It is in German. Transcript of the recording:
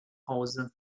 hause